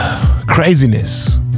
craziness